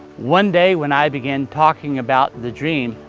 one day when i began talking about the dream,